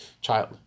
child